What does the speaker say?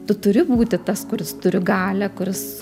tu turi būti tas kuris turi galią kuris